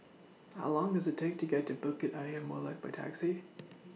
How Long Does IT Take to get to Bukit Ayer Molek By Taxi